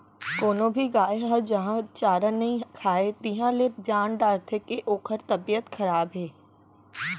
कोनो भी गाय ह जहॉं चारा नइ खाए तिहॉं ले जान डारथें के ओकर तबियत खराब हे